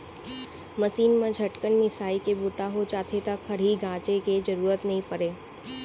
machine म झटकन मिंसाइ के बूता हो जाथे त खरही गांजे के जरूरते नइ परय